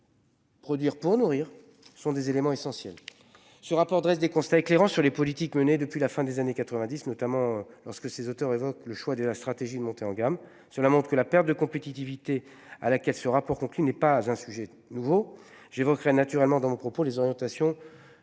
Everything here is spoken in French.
Produire pour nourrir ce sont des éléments essentiels. Ce rapport dresse des constats éclairant sur les politiques menées depuis la fin des années 90, notamment lorsque ses auteurs évoquent le choix de la stratégie de montée en gamme, cela montre que la perte de compétitivité à la caisse. Ce rapport conclut n'est pas un sujet nouveau j'évoquerai naturellement dans vos propos. Les orientations